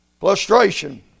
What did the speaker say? Frustration